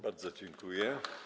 Bardzo dziękuję.